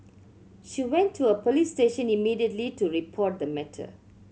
she went to a police station immediately to report the matter